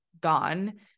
gone